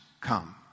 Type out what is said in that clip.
come